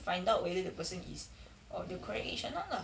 find out whether the person is of the correct age or not lah